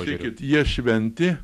žiūrėkit jie šventi